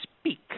speak